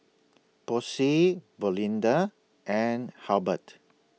Posey Belinda and Halbert